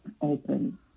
open